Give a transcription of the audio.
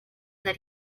that